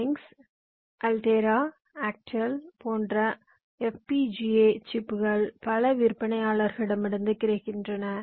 Xilinx Altera Actel போன்ற FPGA சிப்புகள் பல விற்பனையாளர்களிடமிருந்து கிடைக்கின்றன